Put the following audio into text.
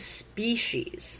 species